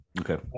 Okay